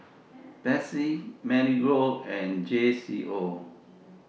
Betsy Marigold and J Co